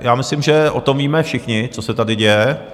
Já myslím, že o tom víme všichni, co se tady děje.